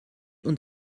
und